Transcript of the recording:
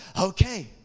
okay